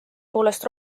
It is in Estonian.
poolest